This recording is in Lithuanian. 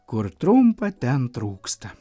kur trumpa ten trūksta